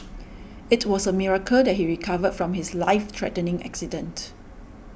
it was a miracle that he recovered from his life threatening accident